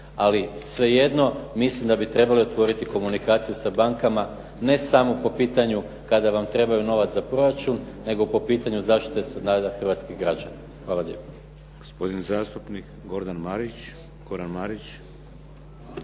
Ali svejedno, mislim da bi trebali otvoriti komunikaciju sa bankama ne samo po pitanju kada vam treba novac za proračun nego po pitanju zaštite standarda hrvatskih građana. Hvala lijepo.